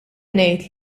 ngħid